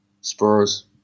Spurs